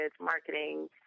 marketing